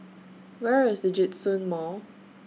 Where IS Djitsun Mall